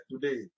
today